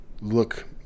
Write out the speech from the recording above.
look